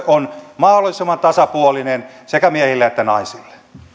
on mahdollisimman tasapuolinen sekä miehille että naisille